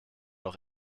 auch